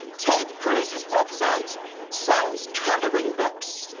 ted cruz's website sells coloring books,